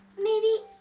maybe.